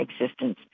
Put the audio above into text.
existence